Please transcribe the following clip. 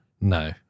No